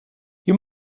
you